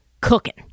cooking